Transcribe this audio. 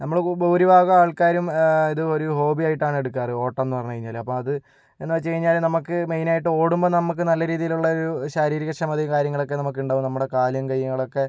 നമ്മള് ഭൂരിഭാഗം ആൾക്കാരും ഇത് ഒരു ഹോബി ആയിട്ടാണ് എടുക്കാറ് ഓട്ടം എന്ന് പറഞ്ഞ് കഴിഞ്ഞാല് അപ്പം അത് എന്താന്ന് വച്ച് കഴിഞ്ഞാല് നമുക്ക് മെയിനായിട്ട് ഓടുമ്പം നമുക്ക് നല്ല രീതിയിലുള്ള ഒരു ശാരീരികക്ഷമതയും കാര്യങ്ങളൊക്കെ നമുക്ക് ഇണ്ടാകും നമ്മുടെ കാലും കൈകളും ഒക്കെ